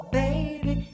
baby